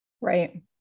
Right